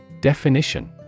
Definition